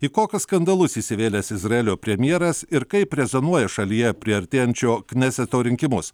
į kokius skandalus įsivėlęs izraelio premjeras ir kaip rezonuoja šalyje priartėjančio kneseto rinkimus